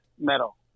metal